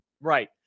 Right